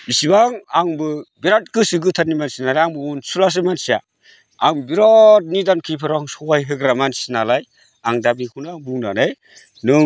बेसेबां आंबो बिराद गोसो गोथारनि मानसि नालाय आं अनसुलासो मानसिया आं बिराद निदान खैफोदाव आं सहायमहोग्रा मानसि नालाय आं दा बेखौनो आं बुंनानै